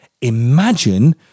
Imagine